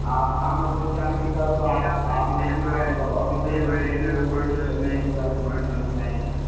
आप सामाजिक विज्ञान के टीचर हो तो आप और मतलब और टीचर भी रुकी रहेंगी वह भी कुछ जर्नल नॉलेज वाले चीज़ें बताएंगे बालकों ने